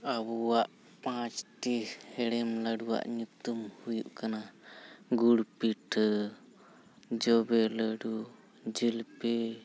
ᱟᱵᱚᱣᱟᱜ ᱯᱟᱸᱪᱴᱤ ᱦᱮᱲᱮᱢ ᱞᱟᱹᱰᱩᱣᱟᱜ ᱧᱩᱛᱩᱢ ᱦᱩᱭᱩᱜ ᱠᱟᱱᱟ ᱜᱩᱲ ᱯᱤᱴᱷᱟᱹ ᱡᱚᱵᱮ ᱞᱟᱹᱰᱩ ᱡᱷᱤᱞᱟᱹᱯᱤ